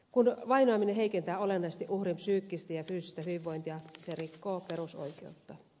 kun vainoaminen heikentää olennaisesti uhrin psyykkistä ja fyysistä hyvinvointia se rikkoo perusoikeutta